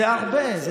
זה הרבה.